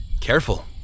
Careful